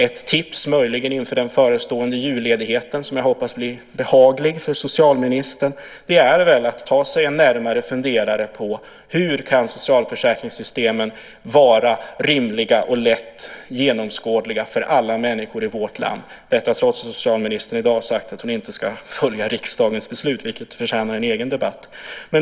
Ett tips möjligen inför den förestående julledigheten, som jag hoppas blir behaglig för socialministern, är att ta sig en närmare funderare på hur socialförsäkringssystemen kan bli rimliga och lätt genomskådliga för alla människor i vårt land - detta trots att socialministern i dag sagt att hon inte ska följa riksdagens beslut, vilket förtjänar en egen debatt.